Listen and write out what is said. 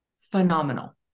phenomenal